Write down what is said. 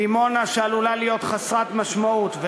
דימונה שעלולה להיות חסרת משמעות.